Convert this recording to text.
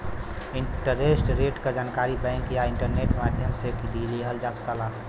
interest rate क जानकारी bank या इंटरनेट माध्यम से लिहल जा सकला